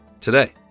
today